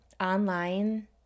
online